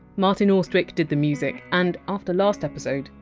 martin austwick did the music and after last episode,